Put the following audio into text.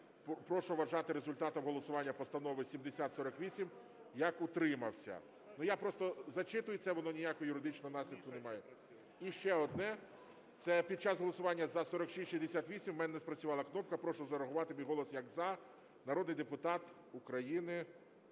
"Прошу вважати результатом голосування Постанови 7048 як утримався". Я просто зачитую це, воно ніякого юридичного наслідку не має. І ще одне. "Це під час голосування за 4668 у мене не спрацювала кнопка, прошу зарахувати мій голос як "за". Народний депутат України